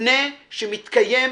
מובנה שמתקיים